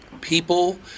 people